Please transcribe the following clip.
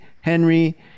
henry